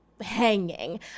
hanging